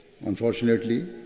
Unfortunately